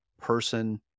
person